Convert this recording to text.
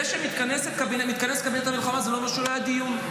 זה שמתכנס קבינט המלחמה זה לא אומר שהיה דיון.